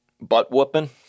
butt-whooping